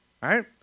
right